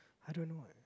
I don't know eh